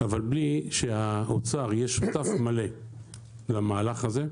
אבל בלי שהאוצר יהיה שותף מלא למהלך הזה,